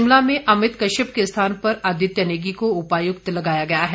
शिमला में अमित कश्यप के स्थान पर आदित्य नेगी को उपायुक्त लगाया गया है